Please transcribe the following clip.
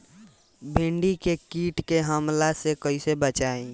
भींडी के कीट के हमला से कइसे बचाई?